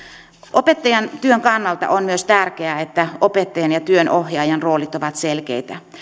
opettajan työn kannalta on myös tärkeää että opettajan ja työnohjaajan roolit ovat selkeitä